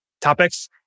topics